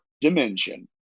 dimension